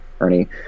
ernie